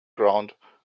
ground